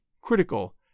critical